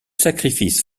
sacrifices